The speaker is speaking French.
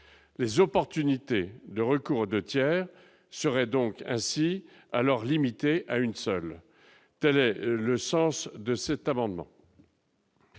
les opportunités de recours : 2 tiers seraient donc ainsi alors limité à une seule : telle est le sens de cette amendement.